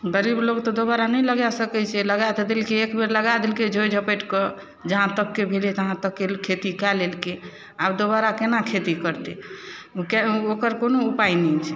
गरीब लोक तऽ दोबारा नहि लगा सकै छै लगा तऽ देलकै एक बेर लगा देलकै जोड़ि झपटि कऽ जहाँ तकके भेलै तहाँ तक खेती कए लेलकै आब दोबारा केना खेती करतै ओकर कोनो उपाय नहि छै